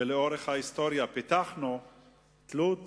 ולאורך ההיסטוריה פיתחנו תלות